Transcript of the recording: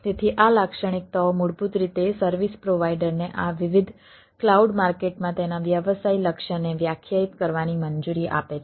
તેથી આ લાક્ષણિકતાઓ મૂળભૂત રીતે સર્વિસ પ્રોવાઈડર માં તેના વ્યવસાય લક્ષ્યને વ્યાખ્યાયિત કરવાની મંજૂરી આપે છે